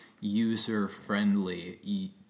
user-friendly